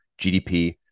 GDP